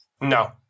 No